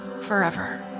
forever